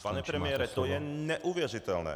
Pane premiére, to je neuvěřitelné.